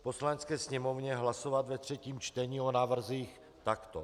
Poslanecké sněmovně hlasovat ve třetím čtení o návrzích takto: